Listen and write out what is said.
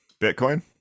Bitcoin